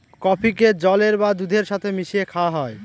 কফিকে জলের বা দুধের সাথে মিশিয়ে খাওয়া হয়